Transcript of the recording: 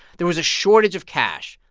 there was a shortage of cash.